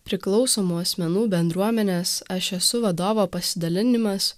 priklausomų asmenų bendruomenės aš esu vadovo pasidalinimas